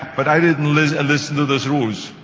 but i didn't listen listen to those rules.